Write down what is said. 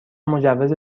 مجوز